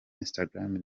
instagram